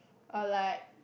or like